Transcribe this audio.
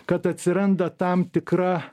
kad atsiranda tam tikra